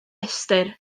ystyr